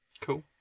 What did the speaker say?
cool